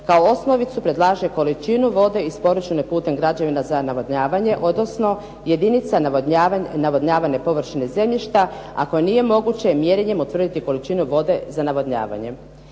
kao osnovicu predlaže količinu vode isporučenu putem građevina za navodnjavanje, odnosno jedinica navodnjavane površine zemljišta, a koji nije moguće mjerenjem utvrditi količinu vode za navodnjavanjem.